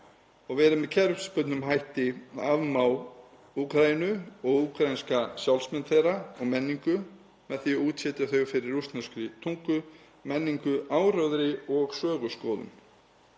og verið með kerfisbundnum hætti að afmá Úkraínu og úkraínska sjálfsmynd þeirra og menningu með því að útsetja þau fyrir rússneskri tungu, menningu, áróðri og söguskoðun.